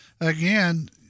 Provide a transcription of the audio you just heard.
again